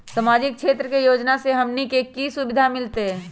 सामाजिक क्षेत्र के योजना से हमनी के की सुविधा मिलतै?